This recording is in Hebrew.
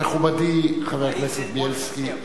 מכובדי חבר הכנסת בילסקי,